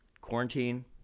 quarantine